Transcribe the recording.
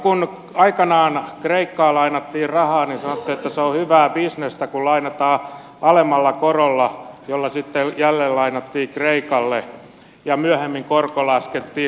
kun aikanaan kreikkaan lainattiin rahaa sanottiin että se on hyvää bisnestä kun lainataan alemmalla korolla jolla sitten jälleenlainattiin kreikalle ja myöhemmin korko laskettiin nollaan